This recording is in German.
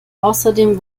außerdem